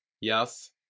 Yes